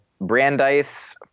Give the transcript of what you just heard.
Brandeis